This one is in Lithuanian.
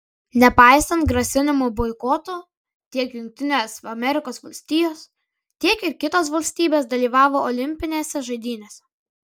nepaisant grasinimų boikotu tiek jungtinės amerikos valstijos tiek ir kitos valstybės dalyvavo olimpinėse žaidynėse